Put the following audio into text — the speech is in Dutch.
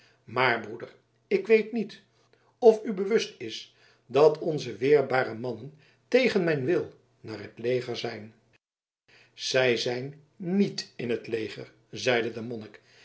maar broeder ik weet niet of u bewust is dat onze weerbare mannen tegen mijn wil naar het leger zijn zij zijn niet in het leger